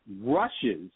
rushes